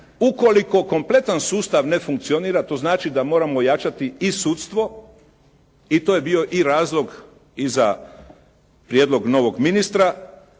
ukoliko kompletan sustav ne funkcionira, to znači da moramo jačati i sudstvo i to je bio i razlog i za prijedlog novog ministra,